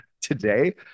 today